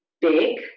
big